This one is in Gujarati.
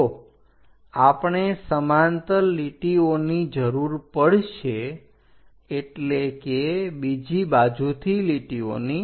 તો આપણે સમાંતર લીટીઓની જરૂર પડશે એટલે કે બીજી બાજુથી લીટીઓની